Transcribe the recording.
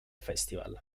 festival